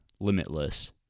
limitless